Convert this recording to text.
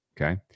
okay